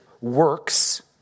works